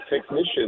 technicians